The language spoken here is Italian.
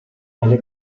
alle